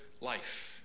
life